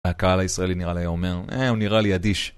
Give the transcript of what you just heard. הקהל הישראלי נראה לי אומר, אה, הוא נראה לי אדיש.